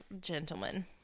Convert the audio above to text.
gentlemen